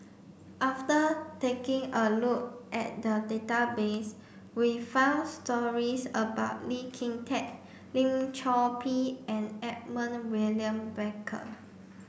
after taking a look at the database we found stories about Lee Kin Tat Lim Chor Pee and Edmund William Barker